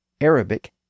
Arabic